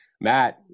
Matt